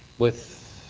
with.